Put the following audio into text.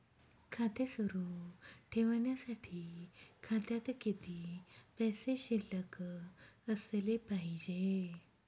खाते सुरु ठेवण्यासाठी खात्यात किती पैसे शिल्लक असले पाहिजे?